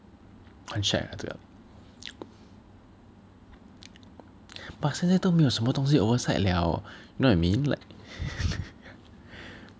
quite shag ah 这个 but 现在都没有什么东西 oversight 了 you know what I mean like